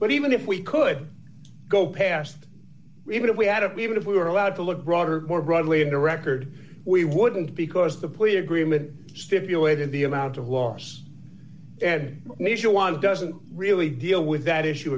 but even if we could go past even if we hadn't even if we were allowed to look broader more broadly into record we wouldn't because the plea agreement stipulated the amount of loss and it doesn't really deal with that issue